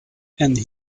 and